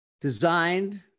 designed